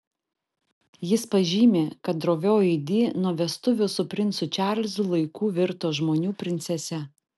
jis pažymi kad drovioji di nuo vestuvių su princu čarlzu laikų virto žmonių princese